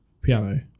piano